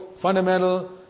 fundamental